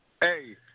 Hey